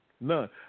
None